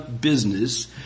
business